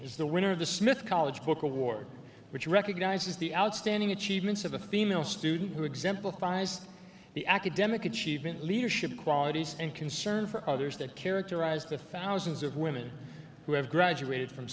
is the winner of the smith college book award which recognizes the outstanding achievements of a female student who exemplifies the academic achievement leadership qualities and concern for others that characterized the thousands of women who have graduated from